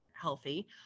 healthy